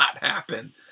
happen